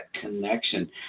connection